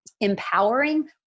empowering